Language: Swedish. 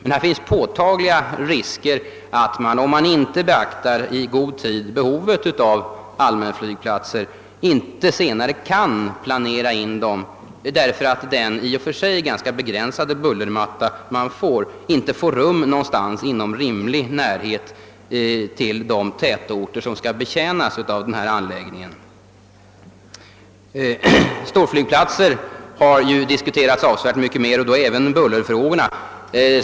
Men här finns påtagliga risker för att man, om man inte i god tid beaktar behovet av allmänflygplatser, inte senare kan planera in dem, därför att den i och för sig ganska begränsade bullermattan gör att anläggningarna inte får rum i rimlig närhet till de tätorter som skall betjänas av dem. Storflygplatser har diskuterats avsevärt mycket mer och då även bullerfrågorna.